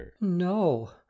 no